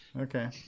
Okay